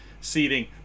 seating